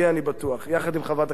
יחד עם חברת הכנסת גמליאל.